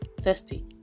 Thirsty